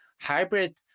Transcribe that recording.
Hybrid